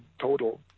total